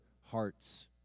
hearts